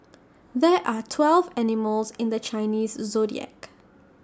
there are twelve animals in the Chinese Zodiac